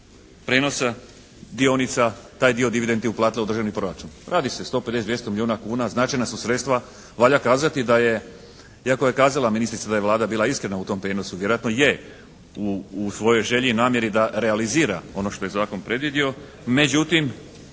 prijenosa dionica taj dio dividendi uplatila u državni proračun. Radi se o 150, 200 milijuna kuna. Značajna su sredstva. Valja kazati da je, iako je kazala ministrica da je Vlada bila iskrena u tom prijenosu, vjerojatno je u svojoj želji i namjeri da realizira ono što je zakon predvidio. Međutim